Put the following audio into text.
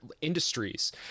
industries